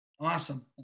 Awesome